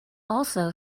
also